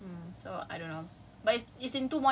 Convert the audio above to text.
apa there's more options ah